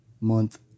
month